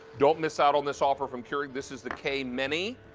don't miss out on this offer from keurig. this is the k mini,